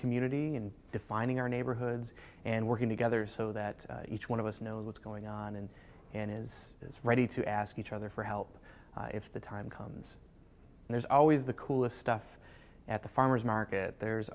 community and defining our neighborhoods and working together so that each one of us knows what's going on and and is is ready to ask each other for help if the time comes there's always the coolest stuff at the farmer's market there's